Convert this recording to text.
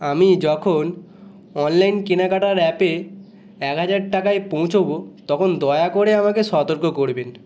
আমি যখন অনলাইন কেনাকাটার অ্যাপে এক হাজার টাকায় পৌঁছাব তখন দয়া করে আমাকে সতর্ক করবেন